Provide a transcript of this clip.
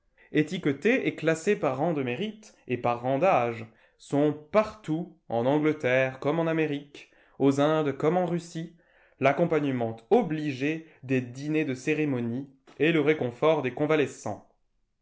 étiquetés et classés par rang de mérite et par rang d'âge sont partout en angleterre comme en amérique aux indes comme en russie l'accompagnement obligé des dîners de cérémonie et le réconfort des convalescents